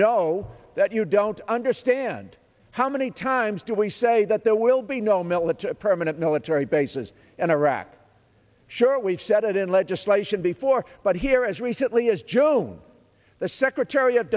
know that you don't understand how many times do we say that there will be no military permanent military bases in iraq sure we've said it in legislation before but here as recently as june the secretary of